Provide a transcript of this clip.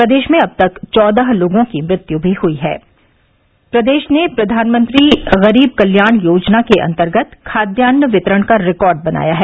प्रदेश में अब तक चौदह लोगों की मृत्यु भी हुई है प्रदेश ने प्रधानमंत्री गरीब कल्याण योजना के अंतर्गत खाद्यान्न वितरण का रिकॉर्ड बनाया है